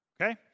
Okay